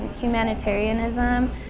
humanitarianism